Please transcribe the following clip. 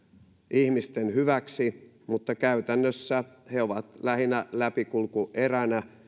ihmisten hyväksi mutta käytännössä he ovat lähinnä läpikulkueränä